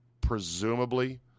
presumably